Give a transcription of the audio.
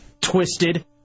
Twisted